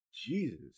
Jesus